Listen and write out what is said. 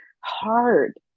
hard